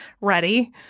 ready